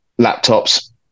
laptops